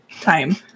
time